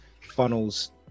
funnels